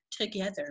together